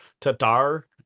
Tatar